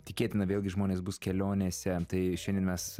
tikėtina vėlgi žmonės bus kelionėse tai šiandien mes